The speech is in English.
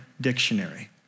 dictionary